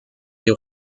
les